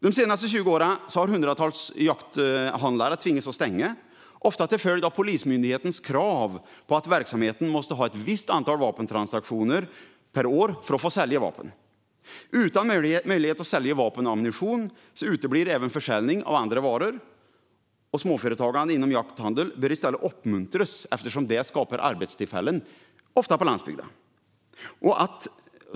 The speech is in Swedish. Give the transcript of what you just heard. De senaste 20 åren har hundratals jakthandlare tvingats att stänga, ofta till följd av Polismyndighetens krav på att verksamheten måste ha ett visst antal vapentransaktioner per år för att få sälja vapen. Utan möjlighet att sälja vapen och ammunition uteblir även försäljning av andra varor. Småföretagande inom jakthandel bör i stället uppmuntras eftersom det skapar arbetstillfällen, ofta på landsbygden.